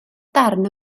darn